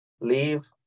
leave